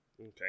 Okay